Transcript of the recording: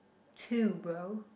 too bro